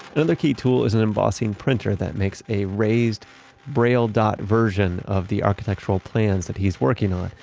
another key tool is an embossing printer that makes a raised braille dot version of the architectural plans that he's working on.